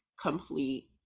complete